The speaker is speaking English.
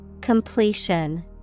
Completion